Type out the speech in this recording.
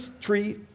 tree